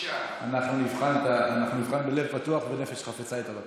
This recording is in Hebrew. אנחנו נבחן בלב פתוח ונפש חפצה את הבקשה.